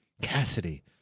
Cassidy